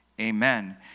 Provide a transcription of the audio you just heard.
amen